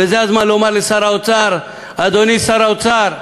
וזה הזמן לומר לשר האוצר: אדוני שר האוצר,